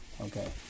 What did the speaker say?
Okay